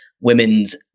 women's